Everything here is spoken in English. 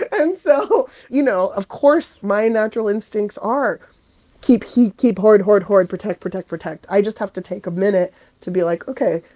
and so, you know, of course, my natural instincts are keep, keep, keep, hoard, hoard, hoard, protect, protect, protect. i just have to take a minute to be like, ok,